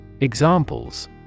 Examples